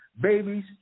babies